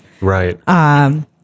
Right